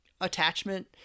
attachment